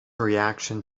reaction